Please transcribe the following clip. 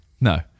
No